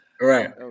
Right